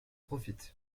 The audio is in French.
profitent